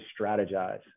strategize